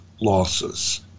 losses